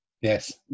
yes